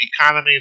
economy